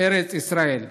בארץ ישראל.